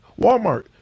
Walmart